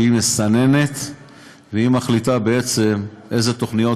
שהיא מסננת ומחליטה בעצם אילו תוכניות